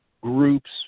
groups